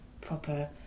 proper